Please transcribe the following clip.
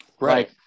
Right